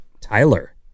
Tyler